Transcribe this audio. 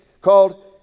called